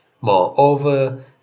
Moreover